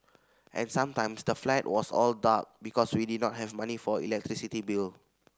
and sometimes the flat was all dark because we did not have money for electricity bill